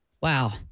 wow